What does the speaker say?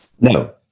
No